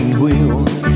wheels